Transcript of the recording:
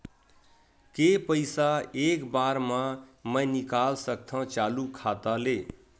के पईसा एक बार मा मैं निकाल सकथव चालू खाता ले?